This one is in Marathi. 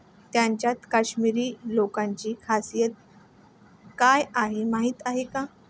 त्यांच्यात काश्मिरी लोकांची खासियत काय आहे माहीत आहे का?